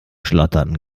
schlotterten